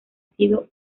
sido